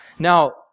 Now